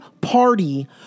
party